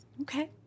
Okay